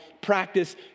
practice